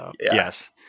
Yes